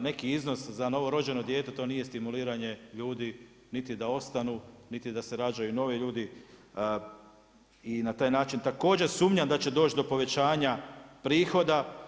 neki iznos za novorođeno dijete to nije stimuliranje ljudi niti da ostanu, niti da se rađaju novi ljudi i na taj način također sumnjam da će doći do povećanja prihoda.